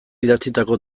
idatzitako